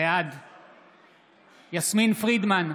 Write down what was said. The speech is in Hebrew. בעד יסמין פרידמן,